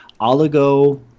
oligo